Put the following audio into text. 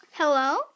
Hello